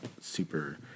super